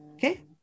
Okay